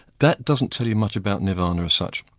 that doesn't tell you much about nirvana as such.